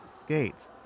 skates